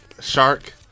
shark